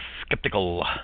Skeptical